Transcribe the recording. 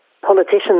politicians